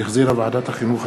שהחזירה ועדת החינוך,